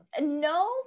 no